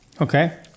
Okay